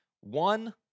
one